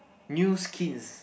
new skins